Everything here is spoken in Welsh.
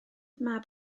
mab